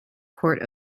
court